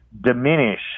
diminish